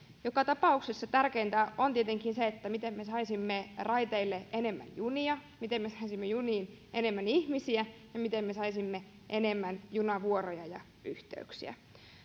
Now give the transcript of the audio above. joka tapauksessa tärkeintä on tietenkin se miten me saisimme raiteille enemmän junia miten me saisimme juniin enemmän ihmisiä ja miten me saisimme enemmän junavuoroja ja yhteyksiä